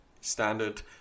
Standard